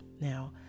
Now